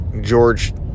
George